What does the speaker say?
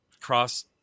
cross